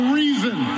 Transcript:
reason